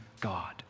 God